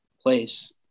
place